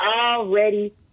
already